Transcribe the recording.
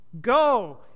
Go